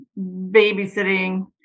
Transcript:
babysitting